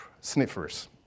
sniffers